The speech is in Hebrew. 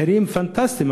המחירים פנטסטיים.